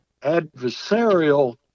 Adversarial